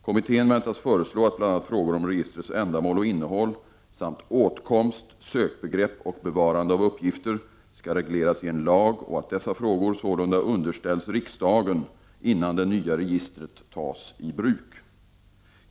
Kommittén väntas föreslå att bl.a. frågor om registrets ändamål och innehåll samt terminalåtkomst, sökbegrepp och bevarande av uppgifter skall regleras i en lag och att dessa frågor sålunda underställs riksdagen innan det nya registret tas i bruk.